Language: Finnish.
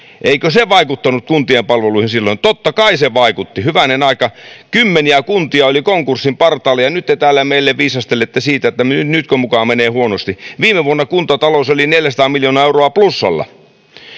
eikö se vaikuttanut kuntien palveluihin silloin totta kai se vaikutti hyvänen aika kymmeniä kuntia oli konkurssin partaalla ja nyt te täällä meille viisastelette siitä että nyt muka menee huonosti viime vuonna kuntatalous oli neljäsataa miljoonaa euroa plussalla